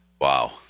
wow